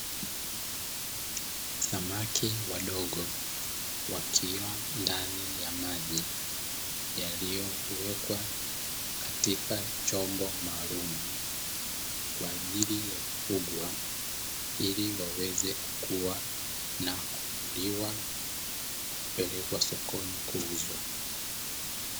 Samaki wadogo wakiwa ndani ya maji yaliyowekwa katika chombo maalumu kwa ajili ya kufugwa, ili waweze kukua na kuvuliwa na kupelekwa sokoni kuuzwa.